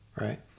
right